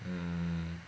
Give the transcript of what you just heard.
mm